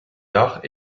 arts